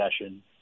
session